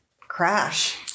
crash